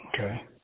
okay